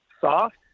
soft